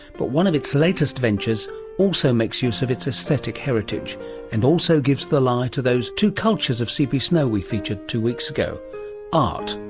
but one of its latest ventures also makes use of its aesthetic heritage and also gives the lie to those two cultures of cp snow we featured two weeks ago art.